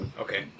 Okay